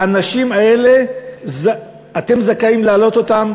האנשים האלה, אתם זכאים להעלות אותם